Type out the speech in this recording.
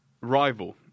rival